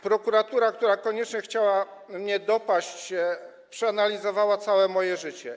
Prokuratura, która koniecznie chciała mnie dopaść, przeanalizowała całe moje życie.